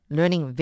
Learning